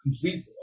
complete